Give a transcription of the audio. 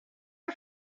are